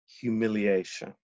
humiliation